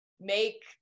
make